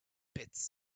pits